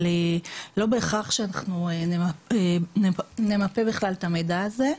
אבל לא בהכרח שאנחנו נמפה בכלל את המידע הזה.